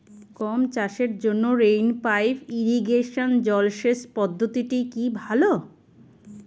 গম চাষের জন্য রেইন পাইপ ইরিগেশন জলসেচ পদ্ধতিটি কি ভালো?